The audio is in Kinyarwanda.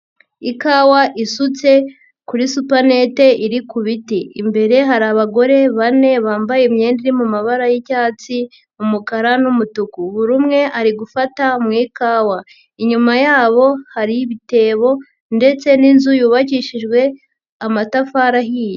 Ikawa isutse kuri supanete iri ku biti, imbere hari abagore bane bambaye imyenda iri mu mabara y'icyatsi, umukara n'umutuku, buri umwe ari gufata mu ikawa, inyuma yabo hari ibitebo ndetse n'inzu yubakishijwe amatafari ahiye.